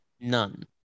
none